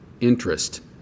interest